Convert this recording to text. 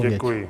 Děkuji.